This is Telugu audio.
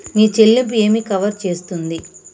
మీ చెల్లింపు ఏమి కవర్ చేస్తుంది?